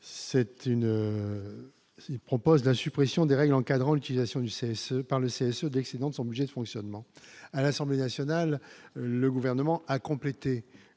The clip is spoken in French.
c'était une il propose d'un suppression des règles encadrant l'utilisation du service par le CCE d'excédent de son budget de fonctionnement à l'Assemblée nationale, le gouvernement à compléter